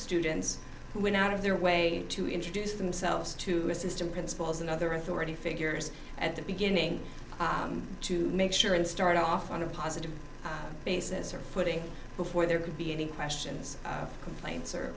students who went out of their way to introduce themselves to assistant principals and other authority figures at the beginning to make sure and start off on a positive basis or footing before there could be any questions complaints or